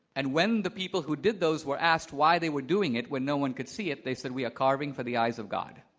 and when the people who did those were asked why they were doing it when no one could see it, they said, we are carving for the eyes of god.